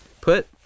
put